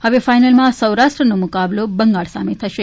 હવે ફાઇનલમાં સૌરાષ્ટ્રનો મુકાબલો બંગાળ સામે થશે